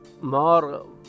more